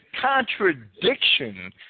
contradiction